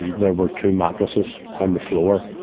there were two mattresses on the floor,